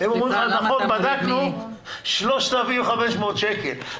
הם אומרים לך, בדקנו, 3,500 שקל.